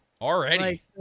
Already